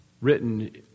written